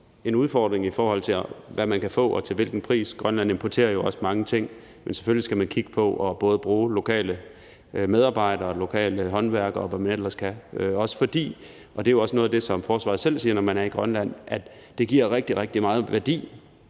en udfordring, i forhold til hvad man kan få og til hvilken pris. Grønland importerer jo også mange ting, men selvfølgelig skal man kigge på både at bruge lokale medarbejdere og lokale håndværkere, og hvad det ellers kan være, også fordi – og det er jo også noget af det, som forsvaret selv siger, når man er i Grønland – det giver rigtig, rigtig meget værdi